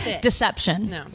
Deception